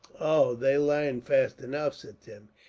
oh, they larn fast enough, said tim.